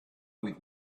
with